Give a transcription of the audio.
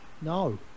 no